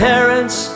Parents